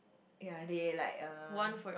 ya they like uh